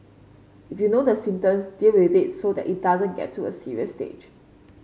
if you know the symptoms deal with it so that it doesn't get to a serious stage